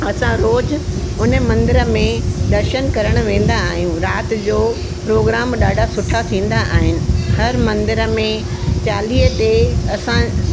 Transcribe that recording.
असां रोज़ु उन मंदर में दर्शन करणु वेंदा आहियूं राति जो प्रोग्राम ॾाढा सुठा थींदा आहिनि हर मंदर में चालीहे ते असां